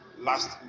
last